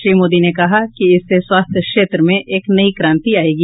श्री मोदी ने कहा कि इससे स्वास्थ्य क्षेत्र में एक नई क्रांति आयेगी